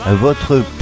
votre